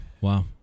wow